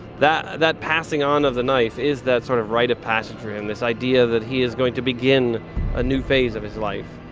that that passing on of the knife is that sort of rite of passage for him, this idea that he is going to begin a new phase of his life.